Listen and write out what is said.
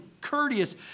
courteous